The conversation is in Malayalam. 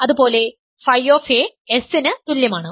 അതുപോലെ Φ S ന് തുല്യമാണ്